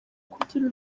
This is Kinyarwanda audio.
kugira